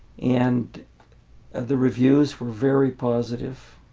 and and the reviews were very positive.